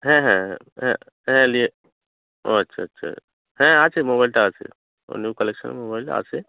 হ্যাঁ হ্যাঁ হ্যাঁ হ্যাঁ নিয়ে ও আচ্ছা আচ্ছা হ্যাঁ আছে মোবাইলটা আছে অন্য কালেকশানের মোবাইলও আছে